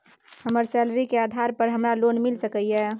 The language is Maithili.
हमर सैलरी के आधार पर हमरा लोन मिल सके ये?